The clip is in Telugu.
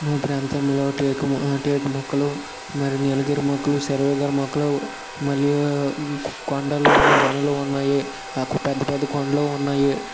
మా ప్రాంతంలో టేకు టేకు మొక్కలు మరి నీలగిరి మొక్కలు సర్వేగారి మొక్కలు మలియు కొండలు ఉన్న గనులు ఉన్నాయి పెద్ద పెద్ద కొండలు ఉన్నాయి